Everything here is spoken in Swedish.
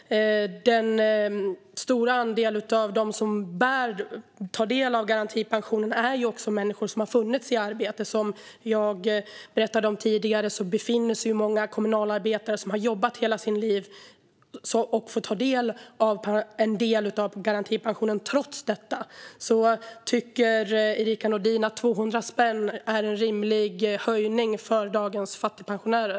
En stor del av dem som tar del av garantipensionen är också människor som har varit i arbete. Som jag berättade om tidigare får många kommunalarbetare som har jobbat hela sina liv ändå ta del av garantipensionen. Tycker Erica Nådin att 200 spänn är en rimlig höjning för dagens fattigpensionärer?